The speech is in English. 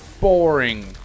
boring